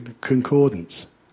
concordance